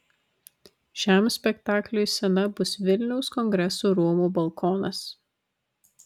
šiam spektakliui scena bus vilniaus kongresų rūmų balkonas